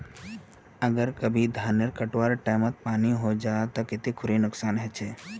अगर कभी धानेर कटवार टैमोत पानी है जहा ते कते खुरी नुकसान होचए?